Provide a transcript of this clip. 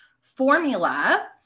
formula